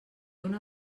una